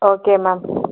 okay ma'am